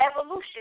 Evolution